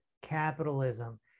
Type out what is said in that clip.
capitalism